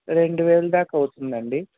రెండు వేలు దాకా అవుతుందండి